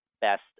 best